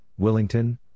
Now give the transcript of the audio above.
Willington